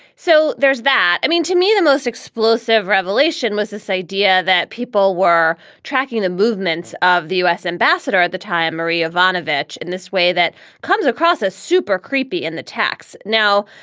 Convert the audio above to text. so there's that. i mean, to me, the most explosive revelation was this idea that people were tracking the movements of the u s. ambassador at the time, marie ivanovich in this way, that comes across as super creepy in the tax. now,